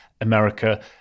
America